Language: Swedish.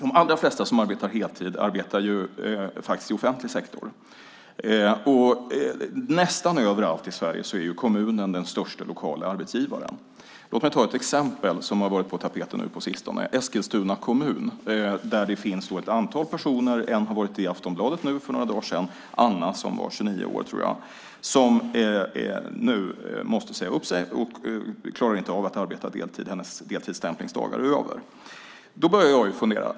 De allra flesta som arbetar heltid arbetar i offentlig sektor. Nästan överallt i Sverige är kommunen den största lokala arbetsgivaren. Låt mig ta ett exempel som har varit på tapeten nu på sistone, Eskilstuna kommun. En av kommunens invånare var i Aftonbladet för några dagar sedan: Anna, som är 29 år gammal, måste nu säga upp sig och klarar inte av att arbeta deltid. Hennes deltidsstämplingsdagar är över. Då börjar jag fundera.